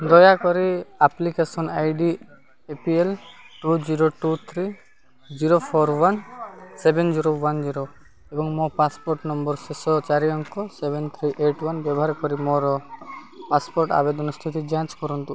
ଦୟାକରି application I D A P L two zero three zero four one seven zero one zero ଏବଂ ମୋ passport ନମ୍ବରର ଶେଷ ଚାରି ଅଙ୍କ ସେଭନ୍ ଥ୍ରୀ ଏଇଟ୍ ୱାନ୍ ବ୍ୟବହାର କରି ମୋର ପାସପୋର୍ଟ ଆବେଦନ ସ୍ଥିତି ଯାଞ୍ଚ କରନ୍ତୁ